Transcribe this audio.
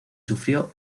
sufrió